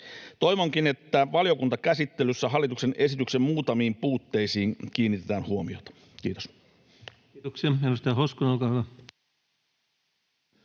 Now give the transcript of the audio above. Toivonkin, että valiokuntakäsittelyssä hallituksen esityksen muutamiin puutteisiin kiinnitetään huomiota. — Kiitos. Kiitoksia.